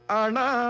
ana